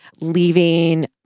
leaving